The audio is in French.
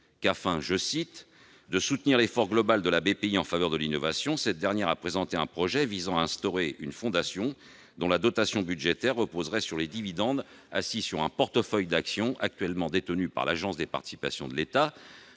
que, afin « de soutenir l'effort global de la Bpi en faveur de l'innovation, cette dernière a présenté un projet visant à instaurer une fondation dont la dotation budgétaire reposerait sur les dividendes assis sur un portefeuille d'actions actuellement détenues par l'Agence des participations de l'État.